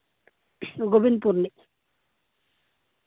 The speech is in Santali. ᱜᱳᱵᱤᱱᱯᱩᱨ ᱨᱤᱱᱤᱡ